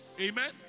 Amen